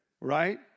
Right